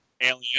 Alien